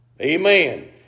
Amen